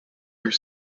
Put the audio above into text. are